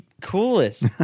coolest